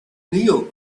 neal